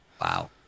Wow